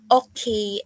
okay